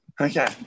Okay